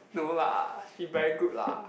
no lah she very good lah